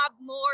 more